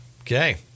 Okay